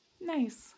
Nice